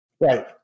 Right